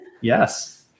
Yes